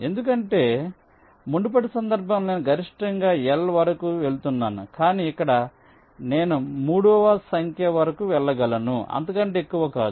ఎందుకంటే మునుపటి సందర్భంలో నేను గరిష్టంగా L వరకు వెళుతున్నాను కానీ ఇక్కడ నేను 3 వ సంఖ్య వరకు వెళ్ళగలను అంతకంటే ఎక్కువ కాదు